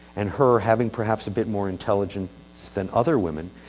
and her, having perhaps a bit more intelligence than other women,